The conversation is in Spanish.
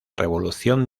revolución